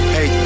Hey